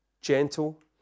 gentle